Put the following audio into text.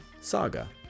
Saga